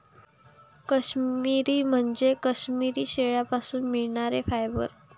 काश्मिरी म्हणजे काश्मिरी शेळ्यांपासून मिळणारे फायबर